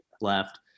left